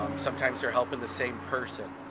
sometimes they're helping the same person